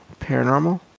Paranormal